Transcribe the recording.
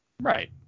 Right